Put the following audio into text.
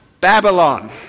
Babylon